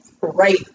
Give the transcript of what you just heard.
right